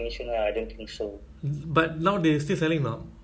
but now they are still selling or not iphone eight